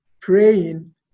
praying